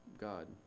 God